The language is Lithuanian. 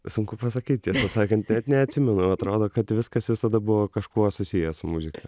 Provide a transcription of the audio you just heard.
sunku pasakyti tiesą sakant neatsimenu atrodo kad viskas visada buvo kažkuo susiję su muzika